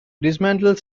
dismantle